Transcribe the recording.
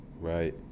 right